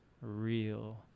real